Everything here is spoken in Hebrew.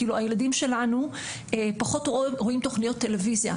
הילדים שלנו פחות רואים תוכניות טלוויזיה,